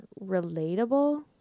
relatable